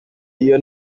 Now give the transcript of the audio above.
iyo